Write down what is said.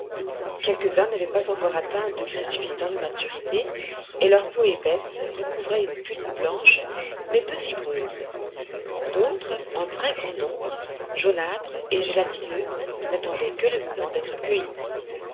quelques-uns n'avaient pas encore atteint un degré suffisant de maturité et leur peau épaisse recouvrait une pulpe blanche mais peu fibreuse d'autres en très grand nombre jaunâtres et gélatineux n'attendaient que le moment d'être cueillis